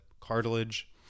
cartilage